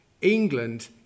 England